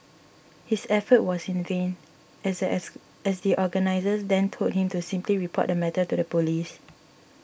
his effort was in vain as the as as the organisers then told him to simply report the matter to the police